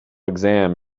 exam